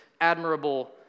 admirable